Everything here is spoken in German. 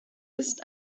ist